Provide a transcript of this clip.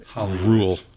rule